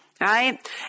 Right